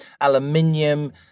aluminium